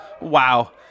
Wow